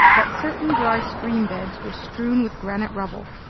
but certain dry stream beds were strewn with granite rubble,